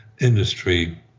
industry